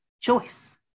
choice